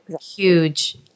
Huge